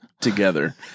together